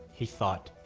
he thought.